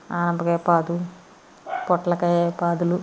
ఆనపకాయ పాదు పొట్లకాయ పాదులు